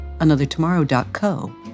anothertomorrow.co